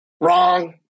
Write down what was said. wrong